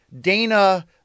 Dana